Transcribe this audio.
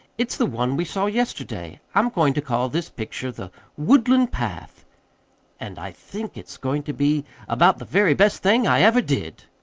it's the one we saw yesterday. i'm going to call this picture the woodland path' and i think it's going to be about the very best thing i ever did.